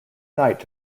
night